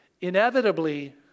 inevitably